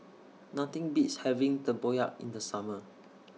Nothing Beats having Tempoyak in The Summer